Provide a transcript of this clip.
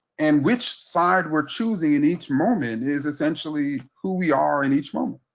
and which side were choosing in each moment is essentially who we are in each moment.